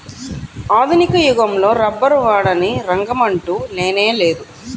ఆధునిక యుగంలో రబ్బరు వాడని రంగమంటూ లేనేలేదు